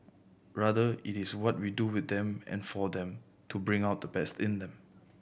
rather it is what we do with them and for them to bring out the best in them